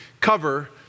cover